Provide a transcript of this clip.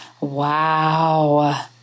Wow